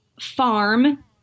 farm